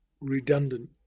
Redundant